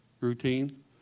routine